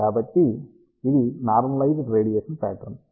కాట్టి ఇది normalised radiation pattern